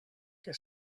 que